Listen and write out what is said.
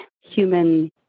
human